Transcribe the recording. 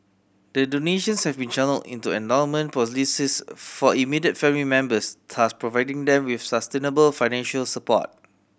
the donations have been channelled into endowment policies for immediate family members thus providing them with sustainable financial support